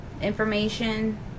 information